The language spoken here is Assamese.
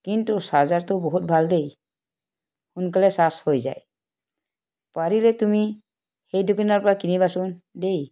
কিন্তু চাৰ্জাৰটো বহুত ভাল দেই সোনকালে চাৰ্জ হৈ যায় পাৰিলে তুমি সেই দোকনৰ পৰা কিনিবাচোন দেই